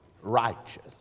righteous